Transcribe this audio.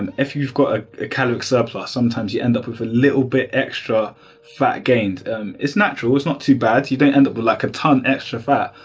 and if you've got a caloric surplus, sometimes you end up with a little bit extra fat gained it's natural. it's not too bad you don't end up with like a ton extra fat,